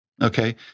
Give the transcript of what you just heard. Okay